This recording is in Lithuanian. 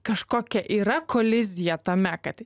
kažkokia yra kolizija tame kad